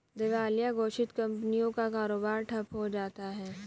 दिवालिया घोषित कंपनियों का कारोबार ठप्प हो जाता है